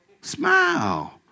Smile